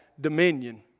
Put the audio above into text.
dominion